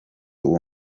uwo